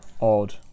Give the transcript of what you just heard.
Odd